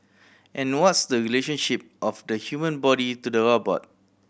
and what's the relationship of the human body to the robot